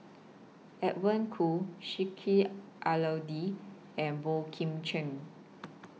Edwin Koo Sheik Alau'ddin and Boey Kim Cheng